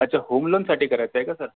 अच्छा होमलोनसाठी करायचंय का सर